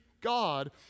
God